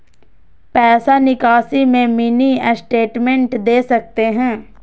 पैसा निकासी में मिनी स्टेटमेंट दे सकते हैं?